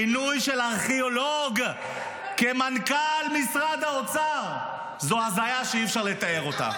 מינוי של ארכיאולוג למנכ"ל משרד האוצר זו הזיה שאי-אפשר לתאר אותה,